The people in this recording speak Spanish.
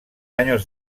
años